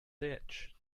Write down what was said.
ditch